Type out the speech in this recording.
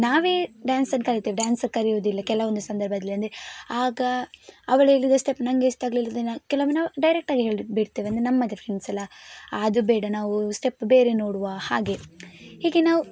ನಾವೇ ಡ್ಯಾನ್ಸನ್ನು ಕಲಿತೇವೆ ಡ್ಯಾನ್ಸರ್ ಕರಿಯೋದಿಲ್ಲ ಕೆಲವೊಂದು ಸಂದರ್ಭದಲ್ಲಿ ಅಂದರೆ ಆಗ ಅವಳು ಹೇಳಿದ ಸ್ಟೆಪ್ ನನಗೆ ಇಷ್ಟ ಆಗ್ಲಿಲ್ಲಾದರೆ ನಾನು ಕೆಲವೊಮ್ಮೆ ನಾವು ಡೈರೆಕ್ಟ್ ಆಗಿ ಹೇಳಿ ಬಿಡ್ತೇವೆ ಅಂದರೆ ನಮ್ಮದೇ ಫ್ರೆಂಡ್ಸ್ ಅಲ್ಲಾ ಅದು ಬೇಡ ನಾವು ಸ್ಟೆಪ್ ಬೇರೆ ನೋಡುವ ಹಾಗೆ ಹೀಗೆ ನಾವು